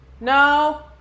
No